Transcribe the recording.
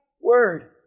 word